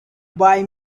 buy